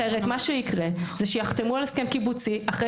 אחרת מה שיקרה הוא שיחתמו על הסכם קיבוצי אחרי